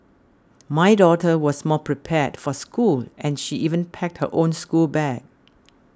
my daughter was more prepared for school and she even packed her own schoolbag